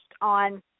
on